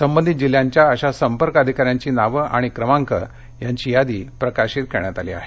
संबंधित जिल्हयाच्या अशा संपर्क अधिकाऱ्यांची नावं आणि संपर्क क्रमांक यांची यादी प्रसिद्ध करण्यात आली आहे